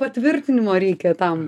patvirtinimo reikia tam